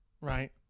right